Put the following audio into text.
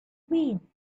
wind